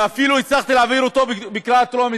ואפילו הצלחתי להעביר אותו בקריאה טרומית,